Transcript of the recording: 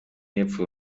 y’epfo